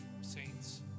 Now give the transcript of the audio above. saints